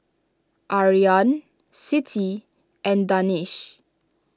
Aryan Siti and Danish